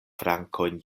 frankojn